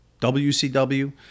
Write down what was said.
WCW